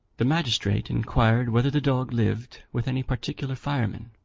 the magistrate inquired whether the dog lived with any particular fireman.